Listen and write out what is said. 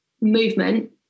movement